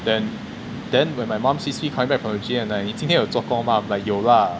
then then when my mom sees me coming back from the gym and like 你今天有做工 mah like 有 lah